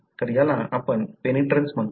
तर याला आपण पेनिट्रन्स म्हणतो